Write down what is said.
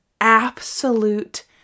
absolute